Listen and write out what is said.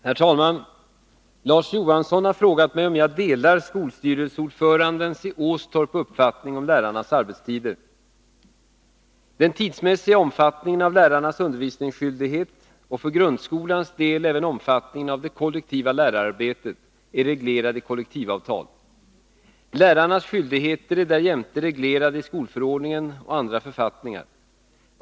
Herr talman! Larz Johansson har frågat mig om jag delar skolstyrelseordförandens i Åstorp uppfattning om lärarnas arbetstider. Den tidsmässiga omfattningen av lärarnas undervisningsskyldighet — och för grundskolans del även omfattningen av det kollektiva lärararbetet — är reglerad i kollektivavtal. Lärarnas skyldigheter är därjämte reglerade i skolförordningen och andra författningar.